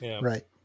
Right